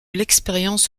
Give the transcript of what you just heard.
l’expérience